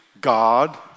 God